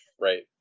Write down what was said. right